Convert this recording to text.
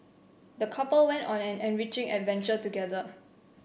the couple went on an enriching adventure together